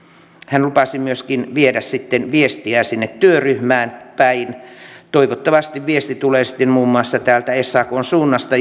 hän lupasi myöskin viedä viestiä sinne työryhmään päin toivottavasti viesti tulee sitten muun muassa tuolta sakn suunnasta